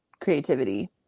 creativity